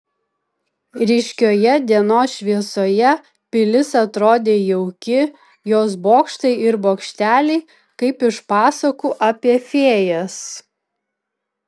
ryškioje dienos šviesoje pilis atrodė jauki jos bokštai ir bokšteliai kaip iš pasakų apie fėjas